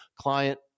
Client